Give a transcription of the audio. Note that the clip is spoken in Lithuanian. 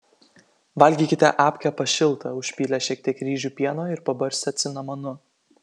valgykite apkepą šiltą užpylę šiek tiek ryžių pieno ir pabarstę cinamonu